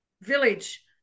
village